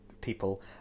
people